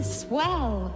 swell